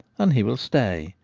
and he will stay.